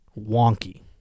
wonky